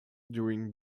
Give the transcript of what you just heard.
during